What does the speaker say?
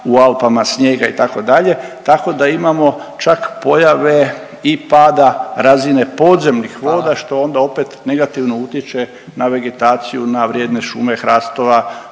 u Alpama, snijega itd., tako da imamo čak pojave i pada razine podzemnih voda …/Upadica: Hvala./… što onda opet negativno utječe na vegetaciju, na vrijedne šume hrastova